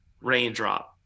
raindrop